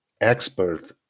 expert